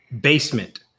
basement